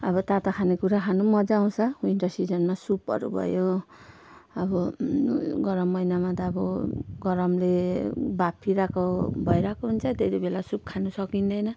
अब तातो खानेकुरा खानु पनि मज्जा आउँछ विन्टर सिजनमा सुपहरू भयो अब गरम महिनामा त अब गरमले बाफिरहेको भइरहेको हुन्छ त्यतिबेला सुप खानु सकिन्दैन